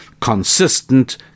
consistent